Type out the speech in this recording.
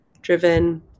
driven